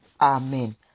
Amen